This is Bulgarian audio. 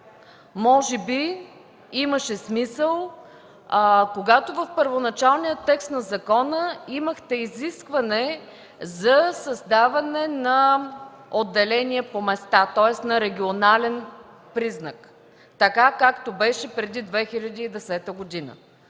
Може би имаше смисъл, когато в първоначалния текст на закона имахте изискване за създаване на отделение по места, тоест на регионален признак, така както беше преди 2010 г.